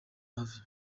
mavi